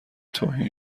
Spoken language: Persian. توهین